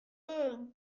ont